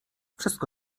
wszystko